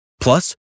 Plus